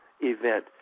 event